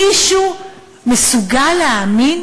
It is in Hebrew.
מישהו מסוגל להאמין?